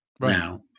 now